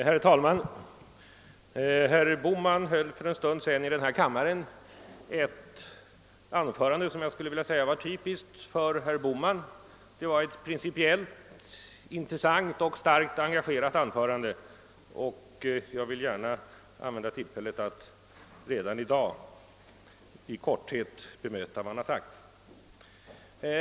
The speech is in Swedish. Herr talman! Herr Bohman höll för en stund sedan i denna kammare ett anförande som jag skulle vilja säga var typiskt för honom; det var principiellt, intressant och engagerat. Jag vill gärna använda tillfället att redan i dag i korthet bemöta vad han sade.